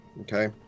okay